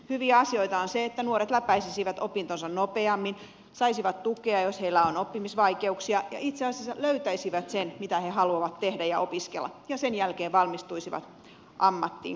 hyviä asioita on se että nuoret läpäisisivät opintonsa nopeammin saisivat tukea jos heillä on oppimisvaikeuksia ja itse asiassa löytäisivät sen mitä he haluavat tehdä ja opiskella ja sen jälkeen valmistuisivat ammattiin koulutuksesta